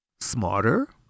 smarter